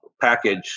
package